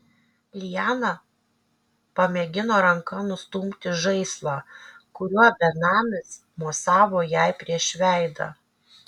liana pamėgino ranka nustumti žaislą kuriuo benamis mosavo jai prieš veidą